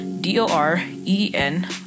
D-O-R-E-N